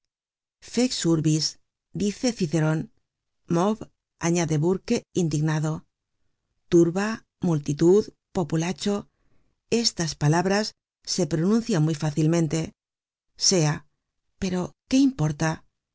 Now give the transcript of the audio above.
fex urbis dice ciceron mob añade burke indignado turba multitud populacho estas palabras se pronuncian muy fácilmente sea pero qué importa